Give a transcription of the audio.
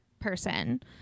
person